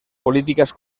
políticas